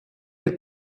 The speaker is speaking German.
der